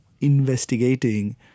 investigating